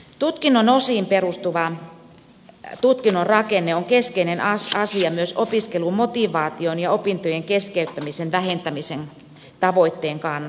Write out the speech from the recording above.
tutkinnon osiin perustuva tutkinnon rakenne on keskeinen asia myös opiskelumotivaation ja opintojen keskeyttämisen vähentämisen tavoitteen kannalta